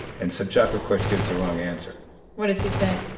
and sobchak, of course, gives the wrong answer what does he say?